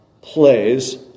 plays